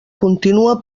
continua